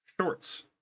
shorts